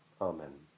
Amen